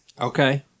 Okay